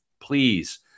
Please